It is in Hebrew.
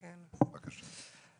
בבקשה.